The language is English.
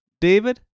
David